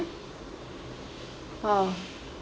oh